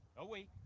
away,